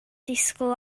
disgwyl